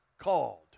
Called